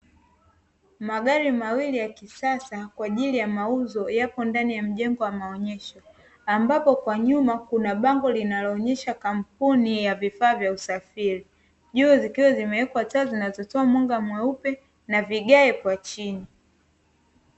Magari mawili ya kisasa kwa ajili ya mauzo yapo ndani ya mjengo wa maonyesho, ambapo kwa nyuma kuna bango linaloonyesha kampuni ya vifaa vya usafiri. Juu zikiwa zimewekwa taa zinazotoa mwanga mweupe na vigae kwa chini.